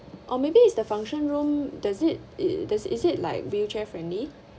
or maybe is the function room does it it does is it like wheelchair friendly